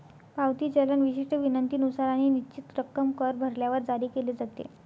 पावती चलन विशिष्ट विनंतीनुसार आणि निश्चित रक्कम कर भरल्यावर जारी केले जाते